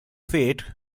fate